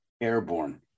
Airborne